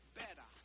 better